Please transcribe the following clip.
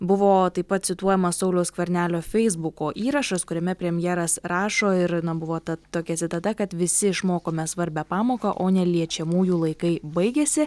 buvo taip pat cituojamas sauliaus skvernelio feisbuko įrašas kuriame premjeras rašo ir na buvo ta tokia citata kad visi išmokome svarbią pamoką o neliečiamųjų laikai baigėsi